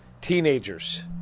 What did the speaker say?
teenagers